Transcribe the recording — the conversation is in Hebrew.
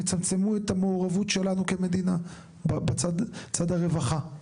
יצמצמו את המעורבות שלנו כמדינה, בצד הרווחה.